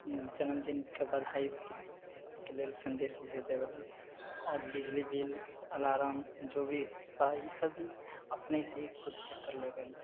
जनमदिनके बधाइके लेल सन्देश भेजि देबैला आओर बिजली बिल अलार्म जे भी बा बऽसब भी अपनेसँ ही खुदसँ करि लेबैला